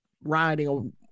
riding